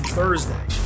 Thursday